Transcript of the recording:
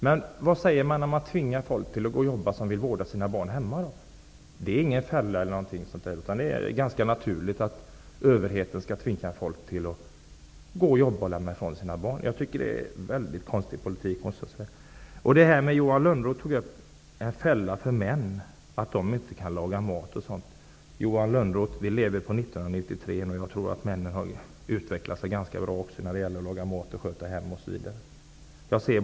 Men vad kallas det om man tvingar folk som vill vårda sina barn hemma att gå och jobba? Det är ingen fälla. Det är ganska naturligt att överheten skall tvinga folk att gå och jobba och lämna ifrån sig sina barn. Jag måste säga att det är en väldigt konstig politik. Johan Lönnroth sade att vårdnadsbidraget skulle vara en fälla för män och att män inte kan laga mat osv. Vi lever nu, år 1993, Johan Lönnroth, och jag tror att männen har utvecklats ganska bra också när det gäller att laga mat och sköta hem osv.